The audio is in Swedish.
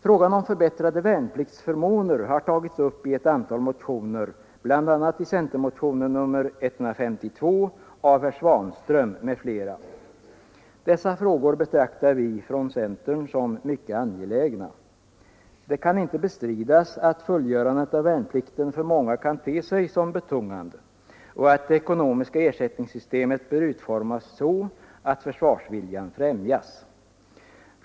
Frågan om förbättrade värnpliktsförmåner har tagits upp i ett antal motioner, bl.a. i centermotionen 152 av herr Svanström m.fl. Dessa frågor betraktar vi från centern som mycket angelägna. Det kan inte bestridas att fullgörandet av värnplikten för många kan te sig betungande. Det ekonomiska ersättningssystemet bör utformas så att försvarsviljan främjas.